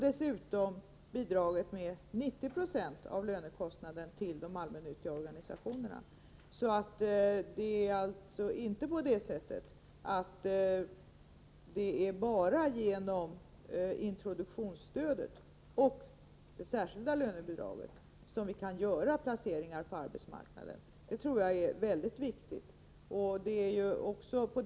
Dessutom finns bidraget med 90 26 av lönekostnaderna till de allmännyttiga organisationerna. Det är således inte bara genom introduktionsstödet och det särskilda lönebidraget som vi kan placera arbetshandikappade på arbetsmarknaden. Det tycker jag är viktigt att framhålla.